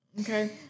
Okay